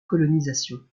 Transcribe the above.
colonisation